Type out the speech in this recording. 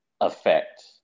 effect